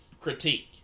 critique